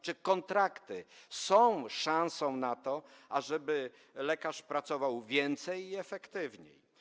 Czy kontrakty są szansą na to, ażeby lekarz pracował więcej i efektywniej?